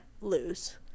lose